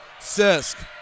Sisk